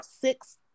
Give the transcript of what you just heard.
six